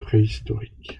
préhistorique